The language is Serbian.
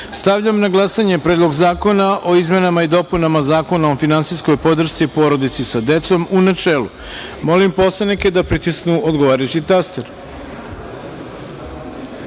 celini. Stavljam na glasanje Predlog zakona o izmenama i dopunama Zakona o finansijskoj podršci porodici sa decom, u celini. Molim poslanike da pritisnu odgovarajući